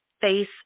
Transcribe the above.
face